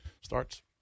starts